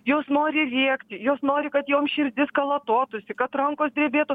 jos nori rėkti jos nori kad jom širdis kalatotųsi kad rankos drebėtų